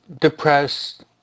depressed